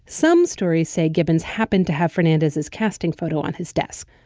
some stories say gibbons happened to have fernandez his casting photo on his desk.